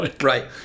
Right